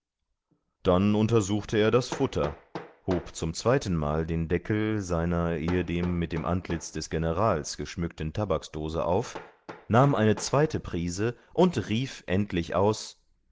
dann untersuchte er das futter hob zum zweitenmal den deckel seiner ehedem mit dem antlitz des generals geschmückten tabaksdose auf nahm eine zweite prise und rief endlich aus